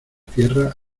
tierra